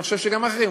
ואני חושב שגם אחרים,